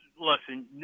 Listen